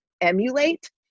emulate